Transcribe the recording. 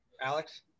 Alex